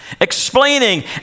explaining